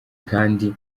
kandi